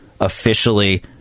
officially